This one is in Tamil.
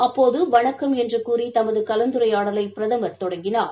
அப்போது வணக்கம் என்று கூறி தமது கலந்துரையாடலை பிரதமர் தொடங்கினார்